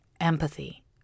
empathy